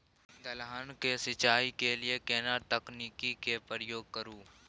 दलहन के सिंचाई के लिए केना तकनीक के प्रयोग करू?